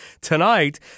Tonight